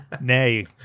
Nay